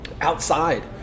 outside